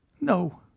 No